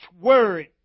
word